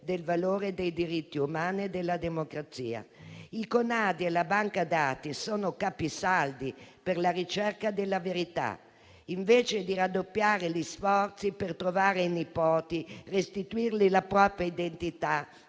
del valore dei diritti umani e della democrazia. Il CoNaDi e la Banca dati sono capisaldi per la ricerca della verità. Invece di raddoppiare gli sforzi per trovare i nipoti, restituire loro la propria identità,